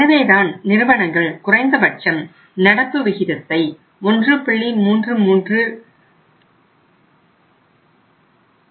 எனவேதான் நிறுவனங்கள் குறைந்தபட்சம் நடப்பு விகிதத்தை 1